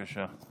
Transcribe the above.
בבקשה.